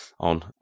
On